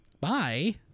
Bye